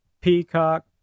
Peacock